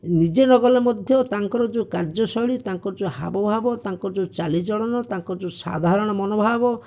ନିଜେ ନ ଗଲେ ମଧ୍ୟ ତାଙ୍କର ଯେଉଁ କାର୍ଯ୍ୟଶୈଳୀ ତାଙ୍କର ଯେଉଁ ହାବଭାବ ତାଙ୍କର ଯେଉଁ ଚାଲିଚଳନ ତାଙ୍କର ଯେଉଁ ସାଧାରଣ ମନୋଭାବ